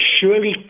surely